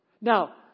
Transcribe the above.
Now